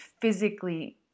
physically